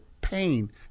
pain